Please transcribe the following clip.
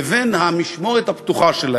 לבין המשמורת הפתוחה שלהם.